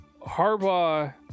Harbaugh